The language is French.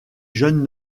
jeunes